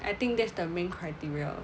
I think that's the main criteria